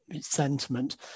sentiment